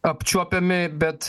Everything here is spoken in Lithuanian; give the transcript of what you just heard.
apčiuopiami bet